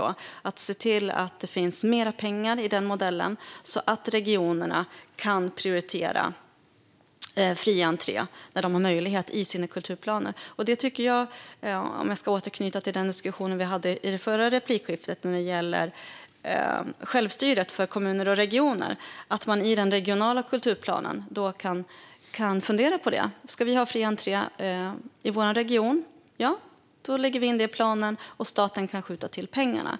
Det gäller att se till att det finns mer pengar i den modellen, så att regionerna kan prioritera fri entré i sina kulturplaner när de har möjlighet. För att återknyta till den diskussion vi hade i det förra replikskiftet om självstyret för kommuner och regioner tycker jag att man kan fundera på det när man gör den regionala kulturplanen. Ska vi ha fri entré i vår region? Då lägger vi in det i planen, och staten kan skjuta till pengarna.